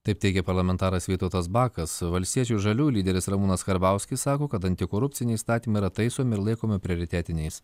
taip teigė parlamentaras vytautas bakas valstiečių ir žaliųjų lyderis ramūnas karbauskis sako kad antikorupciniai įstatymai yra taisomi ir laikomi prioritetiniais